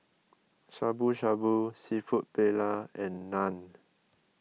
Shabu Shabu Seafood Paella and Naan